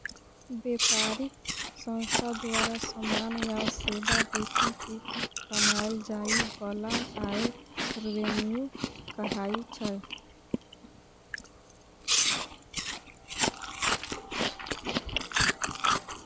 बेपारिक संस्था द्वारा समान या सेबा बेचि केँ कमाएल जाइ बला आय रेवेन्यू कहाइ छै